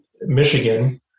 Michigan